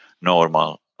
normal